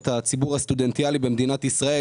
את ציבור הסטודנטים במדינת ישראל,